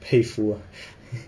佩服